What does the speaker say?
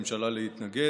תהיה עמדת הממשלה להתנגד.